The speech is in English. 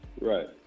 right